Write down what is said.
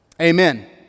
Amen